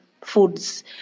foods